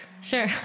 Sure